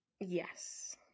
Yes